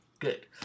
Good